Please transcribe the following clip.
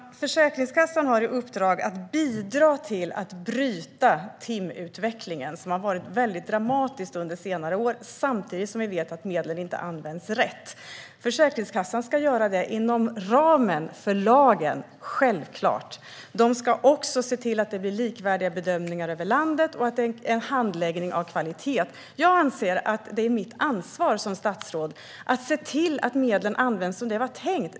Herr talman! Försäkringskassan har i uppdrag att bidra till att bryta timutvecklingen, som har varit väldigt dramatisk under senare år. Vi vet dessutom att medlen inte används rätt. Försäkringskassan ska självklart göra detta inom ramen för lagen. Den ska även se till att det blir likvärdiga bedömningar i hela landet och att handläggningen har hög kvalitet. Jag anser att det är mitt ansvar som statsråd att se till att medlen används som det var tänkt.